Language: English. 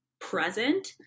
present